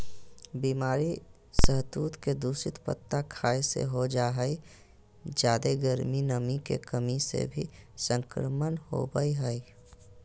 बीमारी सहतूत के दूषित पत्ता खाय से हो जा हई जादे गर्मी, नमी के कमी से भी संक्रमण होवई हई